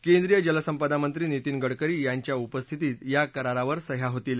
केंद्रिय जलसंपदा मंत्री नितीन गडकरी यांच्या उपस्थितीत या करारावर सह्या होतील